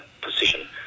position